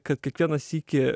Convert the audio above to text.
kad kiekvieną sykį